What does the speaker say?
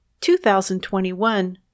2021